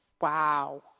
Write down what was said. Wow